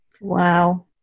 Wow